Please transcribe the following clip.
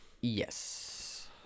Yes